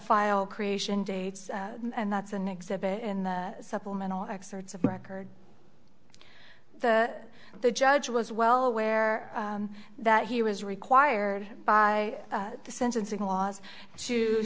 file creation dates and that's an exhibit in the supplemental excerpts of record the the judge was well aware that he was required by the sentencing laws